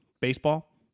baseball